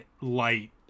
light